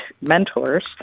mentors